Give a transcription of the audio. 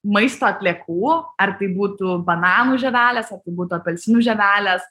maisto atliekų ar tai būtų bananų žievelės ar tai būdu apelsinų žievelės